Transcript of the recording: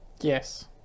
yes